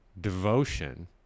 devotion